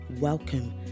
Welcome